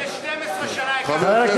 לפני 12 שנה הקמנו חברה אחרי חברה.